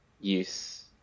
use